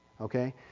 Okay